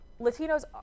Latinos